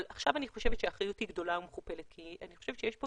עכשיו אני חושבת שהאחריות היא גדולה ומכופלת כי אני חושבת שיש פה